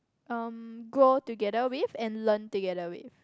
um grow together with and learn together with